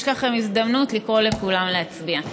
יש לכם הזדמנות לקרוא לכולם להצביע.